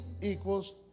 equals